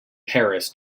paris